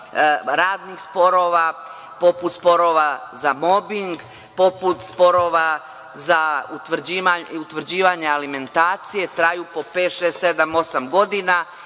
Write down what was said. radnih sporova, poput sporova za mobing, poput sporova za utvrđivanje alimentacije, traju po pet, šest, sedam,